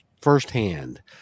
firsthand